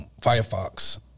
Firefox